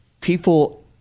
people